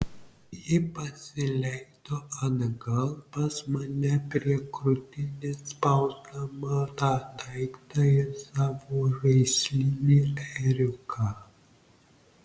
ji pasileido atgal pas mane prie krūtinės spausdama tą daiktą ir savo žaislinį ėriuką